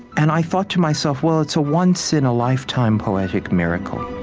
and i thought to myself, well, it's a once in a lifetime poetic miracle